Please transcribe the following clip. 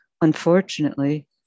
Unfortunately